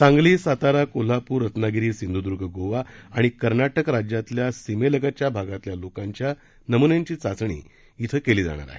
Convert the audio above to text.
सांगली सातारा कोल्हापूर रत्नागिरी सिंधुदुर्ग गोवा आणि कर्नाटक राज्याल्या सीमेलगतच्या भागातल्या लोकांच्या नमुन्यांची चाचणी इथं केली जाणार आहे